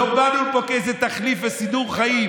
לא באנו לפה כאיזה תחליף וסידור חיים,